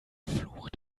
fluch